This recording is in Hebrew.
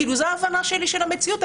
זאת ההבנה שלי על המציאות.